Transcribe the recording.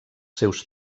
seus